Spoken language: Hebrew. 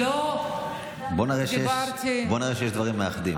בואו נראה שיש דברים מאחדים.